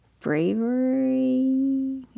bravery